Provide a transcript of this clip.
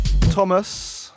Thomas